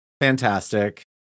fantastic